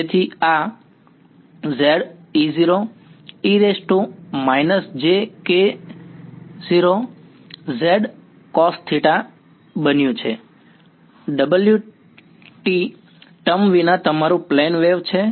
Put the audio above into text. તેથી આ બન્યું જે ωt ટર્મ વિના તમારું પ્લેન વેવ છે